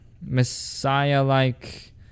Messiah-like